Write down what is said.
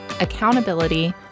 accountability